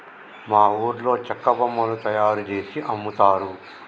మా ఊర్లో చెక్క బొమ్మలు తయారుజేసి అమ్ముతారు